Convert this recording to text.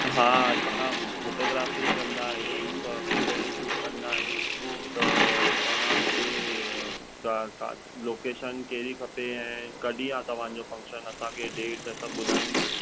हा असां फोटोग्राफी कंदा आहियूं प्री वेडिंग शूट कंदा आहियूं त तव्हांखे त त लोकेशन कहिड़ी खपे ऐं कॾहिं आ तव्हांजो फंक्शन असांखे डेट सभु ॿुधायो तव्हां